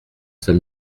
saint